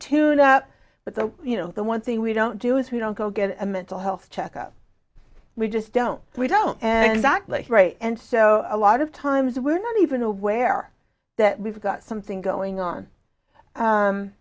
up but the you know the one thing we don't do is we don't go get a mental health checkup we just don't we don't and act like and so a lot of times we're not even aware that we've got something going on